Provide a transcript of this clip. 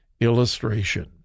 illustration